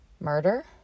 murder